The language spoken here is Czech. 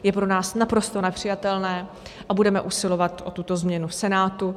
Je pro nás naprosto nepřijatelné a budeme usilovat o tuto změnu v Senátu.